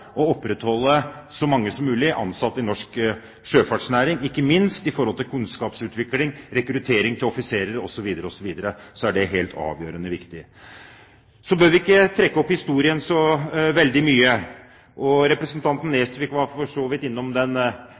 opprettholde så mange norskansatte som mulig i norsk sjøfartsnæring – ikke minst med tanke på kunnskapsutvikling, rekruttering av offiserer, osv., osv. er det helt avgjørende viktig. Så bør vi ikke trekke opp historien så veldig mye. Representanten Nesvik var for så vidt innom den